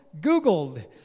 Googled